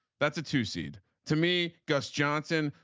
that's a two seed to me gus johnson.